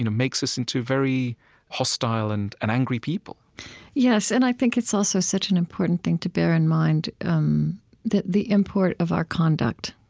you know makes us into very hostile and and angry people yes. and i think it's also such an important thing to bear in mind um that the import of our conduct,